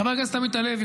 חבר הכנסת עמית הלוי,